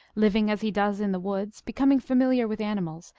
living as he does in the woods, becoming familiar with animals,